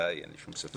בוודאי, אין לי שום ספק.